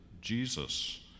Jesus